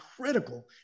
critical